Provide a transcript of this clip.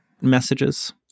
messages